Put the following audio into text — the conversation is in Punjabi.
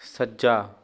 ਸੱਜਾ